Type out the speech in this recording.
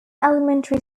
elementary